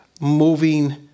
moving